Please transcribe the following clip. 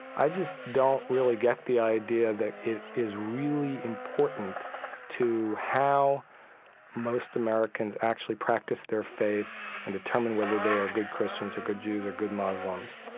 i just don't really get the idea that it is really important to how most americans actually practice their faith and determine whether they are good christians or good jews or good muslims.